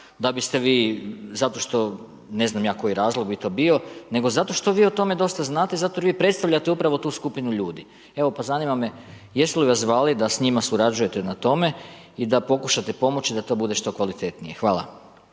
da biste vi zato što ne znam ja koji razlog bi to bio nego zato što vi o tome dosta znate i zato jer vi predstavljate upravo tu skupinu ljudi. Evo, pa zanima me jesu li vas zvali da s njima surađujete na tome i da pokušate pomoći, da to bude što kvalitetnije? Hvala.